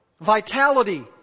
vitality